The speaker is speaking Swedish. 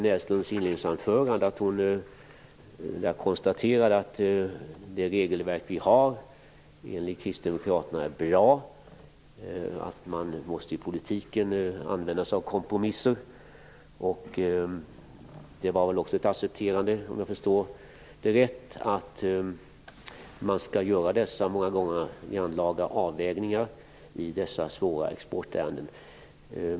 Näslund att det regelverk vi har är bra enligt kristdemokraterna och att man i politiken måste använda sig av kompromisser. Om jag förstod det rätt var det också ett accepterande av att man skall göra dessa många gånger grannlaga avvägningar i dessa svåra exportärenden.